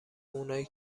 اونایی